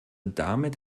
damit